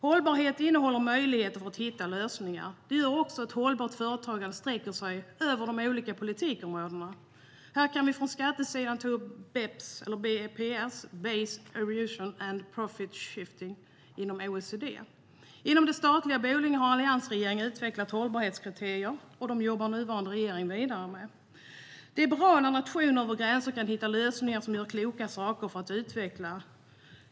Hållbarhet innehåller möjligheter till att hitta lösningar. Det gör också att hållbart företagande sträcker sig över de olika politikområdena. Här kan vi från skattesidan ta upp BEPS, base erosion and profit shifting, inom OECD. Inom de statliga bolagen har alliansregeringen utvecklat hållbarhetskriterier, och dem jobbar nuvarande regering vidare med. Det är bra när nationer över gränser kan hitta kloka lösningar för utveckling.